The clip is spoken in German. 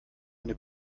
eine